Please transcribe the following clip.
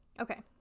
Okay